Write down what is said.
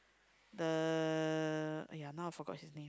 the !aiya! now I forgot his name